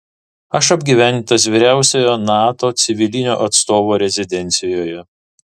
aš apgyvendintas vyriausiojo nato civilinio atstovo rezidencijoje